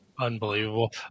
Unbelievable